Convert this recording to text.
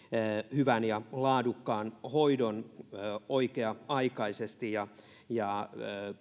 hyvän ja laadukkaan hoidon oikea aikaisesti ja ja